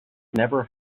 never